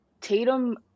Tatum